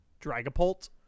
Dragapult